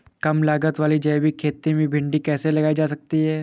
कम लागत वाली जैविक खेती में भिंडी कैसे लगाई जा सकती है?